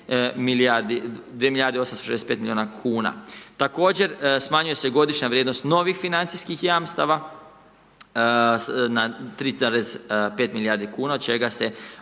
2 milijarde 865 milijuna kuna. Također smanjuje se godišnja vrijednost novih financijskih jamstava na 3,5 milijardi kuna, od čega se